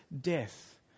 death